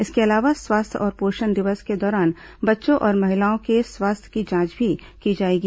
इसके अलावा स्वास्थ्य और पोषण दिवस के दौरान बच्चों और महिलाओं के स्वास्थ्य की जांच भी की जाएगी